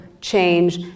change